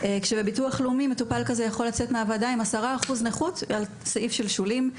כאשר מהביטוח הלאומי הם יכולים לצאת עם 10% נכות על סעיף של שלשולים.